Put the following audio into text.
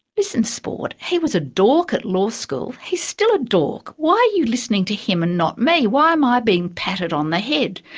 listen sport, he was a dork at law school, he's still a dork. why are you listening to him and not me? why am i being patted on the head?